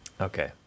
Okay